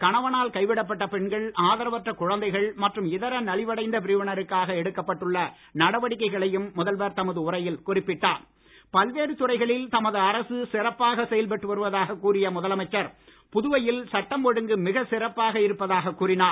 கணவனால் கைவிடப்பட்ட பெண்கள் ஆதரவற்ற குழந்தைகள் மற்றும் இதர நலிவடைந்த பிரிவினருக்காக எடுக்கப்பட்டுள்ள நடவடிக்கைகளையும் முதல்வர் தமது உரையில் குறிப்பிட்டார் பல்வேறு துறைகளில் தமது அரசு சிறப்பாக செயல்பட்டு வருவதாக கூறிய முதலமைச்சர் புதுவையில் சட்டம் ஒழுங்கு மிகச் சிறப்பாக இருப்பதாக கூறினார்